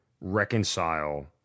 reconcile